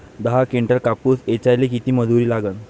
दहा किंटल कापूस ऐचायले किती मजूरी लागन?